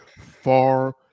far